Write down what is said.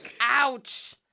Ouch